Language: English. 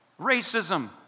racism